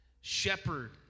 shepherd